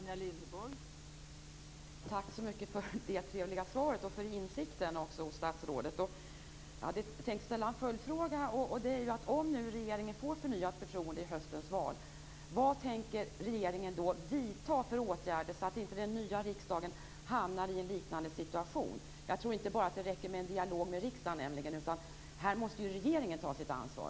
Fru talman! Jag tackar för det trevliga svaret och för insikten hos statsrådet Peterson. Jag hade tänkt ställa en följdfråga: Om nu regeringen får ett förnyat förtroende vid höstens val, vad tänker regeringen vidta för åtgärder så att den nya riksdagen inte hamnar i en liknande situation? Jag tror inte att det bara räcker med en dialog med riksdagen, utan här måste regeringen ta sitt ansvar.